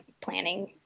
planning